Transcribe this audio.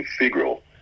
integral